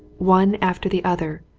one after the other,